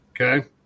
Okay